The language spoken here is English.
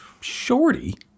Shorty